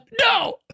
No